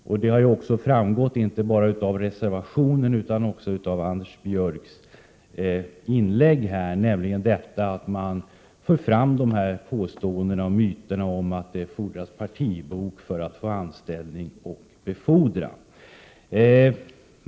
Det har också framgått, inte bara av reservationen utan också av Anders Björcks inlägg här, att man vill odla myten att det fordras partibok för att få anställning och befordran.